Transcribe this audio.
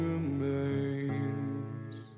remains